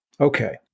Okay